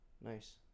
Nice